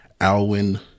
Alwin